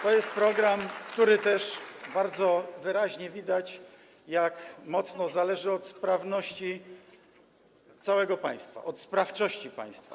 To jest program, który też, to bardzo wyraźnie widać, mocno zależy od sprawności całego państwa, od sprawczości państwa.